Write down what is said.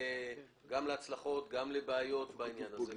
גם להצלחות וגם לבעיות בעניין הזה.